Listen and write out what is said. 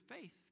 faith